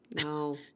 No